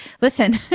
listen